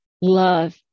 love